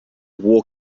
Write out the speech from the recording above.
wore